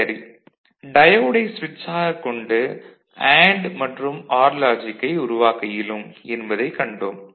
சரி டயோடை சுவிட்சாக கொண்டு அண்டு மற்றும் ஆர் லாஜிக்கை உருவாக்க இயலும் என்பதைக் கண்டோம்